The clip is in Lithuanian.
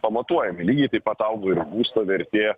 pamatuojami lygiai taip pat auga ir būsto vertė